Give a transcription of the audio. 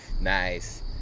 Nice